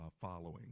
following